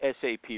SAP